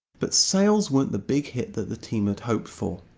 but sales weren't the big hit that the team had hoped for.